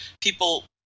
People